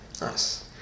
nice